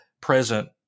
present